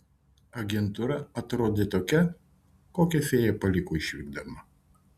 agentūra atrodė tokia kokią fėja paliko išvykdama